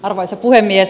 arvoisa puhemies